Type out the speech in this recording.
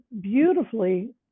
beautifully